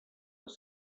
les